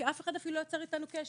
כי אף אחד אפילו לא יוצר איתנו קשר.